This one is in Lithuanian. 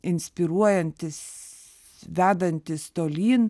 inspiruojantis vedantis tolyn